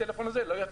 מיטל ארבל, בבקשה.